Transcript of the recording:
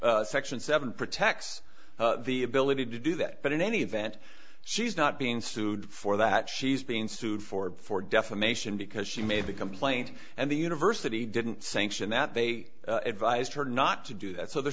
act section seven protects the ability to do that but in any event she's not being sued for that she's being sued for for defamation because she made the complaint and the university didn't sanction that they advised her not to do that so the